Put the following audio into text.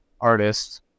artists